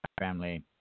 family